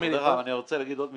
אני רוצה להגיד עוד משפט.